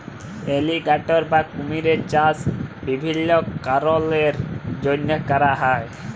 alligator বা কুমিরের চাষ বিভিল্ল্য কারলের জ্যনহে ক্যরা হ্যয়